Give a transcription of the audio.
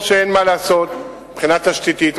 או שאין מה לעשות מבחינה תשתיתית,